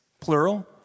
plural